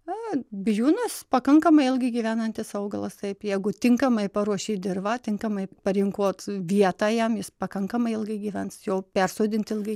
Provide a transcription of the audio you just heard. a bijūnas pakankamai ilgai gyvenantis augalas taip jeigu tinkamai paruošėt dirvą tinkamai parinkot vietą jam jis pakankamai ilgai gyvens jo persodint ilgai